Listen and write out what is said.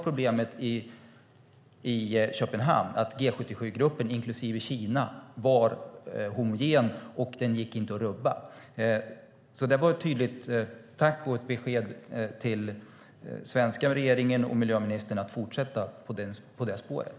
Problemet i Köpenhamn var att G77-gruppen inklusive Kina var homogen och inte gick att rubba. Det var ett tydligt tack och en uppmaning till den svenska regeringen och miljöministern att fortsätta på det spåret.